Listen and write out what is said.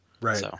Right